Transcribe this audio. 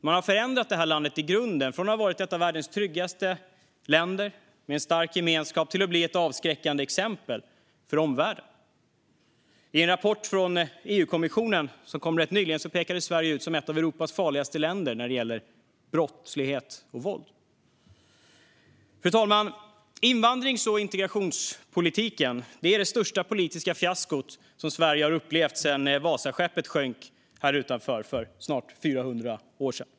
Man har förändrat landet i grunden, från att ha varit ett av världens tryggaste länder med en stark gemenskap till att bli ett avskräckande exempel för omvärlden. I en rapport från EU-kommissionen som kom rätt nyligen pekades Sverige ut som ett av Europas farligaste länder när det gäller brottslighet och våld. Fru talman! Invandrings och integrationspolitiken är det största politiska fiasko som Sverige har upplevt sedan Vasaskeppet sjönk här utanför för snart 400 år sedan.